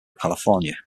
california